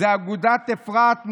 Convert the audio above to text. אגודת אפרת,